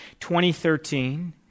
2013